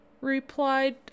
replied